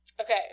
okay